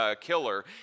killer